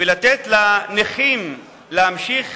ולתת לנכים להמשיך